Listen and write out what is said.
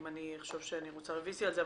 אם אני אחשוב שאני רוצה רביזיה על זה,